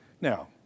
Now